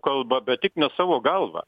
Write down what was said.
kalba bet tik ne savo galva